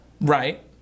Right